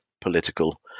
political